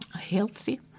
healthy